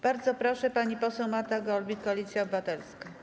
Bardzo proszę, pani poseł Marta Golbik, Koalicja Obywatelska.